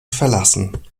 verlassen